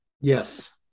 Yes